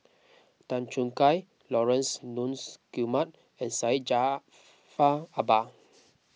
Tan Choo Kai Laurence Nunns Guillemard and Syed Jaafar Albar